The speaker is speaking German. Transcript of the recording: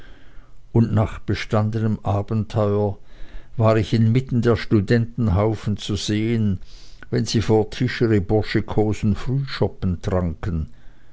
und nach bestandenem abenteuer war ich inmitten der studentenhaufen zu sehen wenn sie vor tisch ihre burschikosen frühschoppen tranken